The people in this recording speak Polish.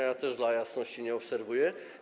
Ja też, dla jasności, nie obserwuję.